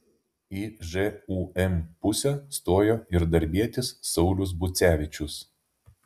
į žūm pusę stojo ir darbietis saulius bucevičius